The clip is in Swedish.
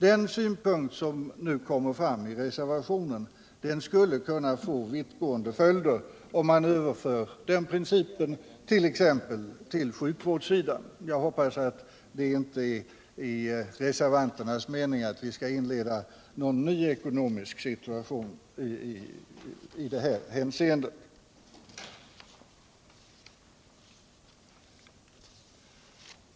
Den synpunkt som anförs i reservationen skulle kunna få vittgående följder om man överförde principen t.ex. till sjukvårdsområdet. Jag hoppas att det inte är reservanternas mening att vi skall införa några nya ekonomiska principer i detta hänseende.